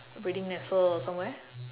breathing vessel or somewhere